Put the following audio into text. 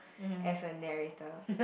as a narrator